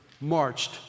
marched